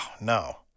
no